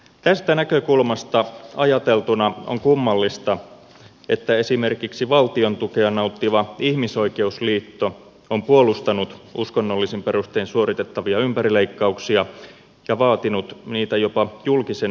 tästä näkökulmasta ajateltuna on kummallista että esimerkiksi valtion tukea nauttiva ihmisoikeusliitto on puolustanut uskonnollisin perustein suoritettavia ympärileikkauksia ja vaatinut niitä jopa julkisen terveydenhuollon piiriin